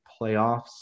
playoffs